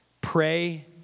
Pray